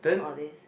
all this